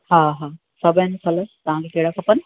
हा हा सभु आहिनि फल तव्हांखे कहिड़ा खपनि